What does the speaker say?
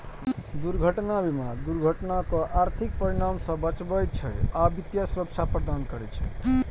दुर्घटना बीमा दुर्घटनाक आर्थिक परिणाम सं बचबै छै आ वित्तीय सुरक्षा प्रदान करै छै